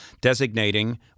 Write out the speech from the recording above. designating